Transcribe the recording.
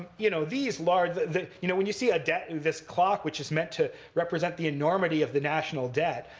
you know, these large you know when you see a debt and this clock which is meant to represent the enormity of the national debt,